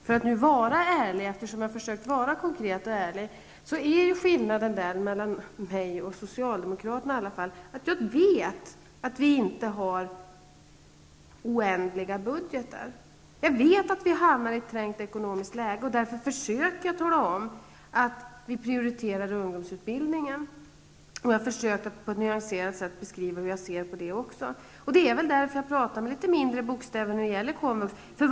För att vara ärlig -- jag har försökt vara konkret och ärlig -- vill jag säga att skillnaden mellan mig och socialdemokraterna är att jag vet att vi inte har oändliga budgetar. Jag vet att vi hamnar i ett trängt ekonomiskt läge. Därför försöker jag tala om att vi prioriterar ungdomsutbildningen. Jag har försökt att på ett nyanserat sätt beskriva hur jag ser på det. Det är väl därför jag pratar med litet mindre bokstäver när det gäller komvux.